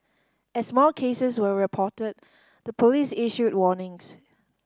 as more cases were reported the police issued warnings